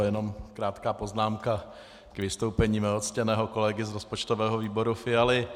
Jenom krátká poznámka k vystoupení mého ctěného kolegy z rozpočtového výboru Fialy.